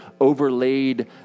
overlaid